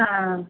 ആ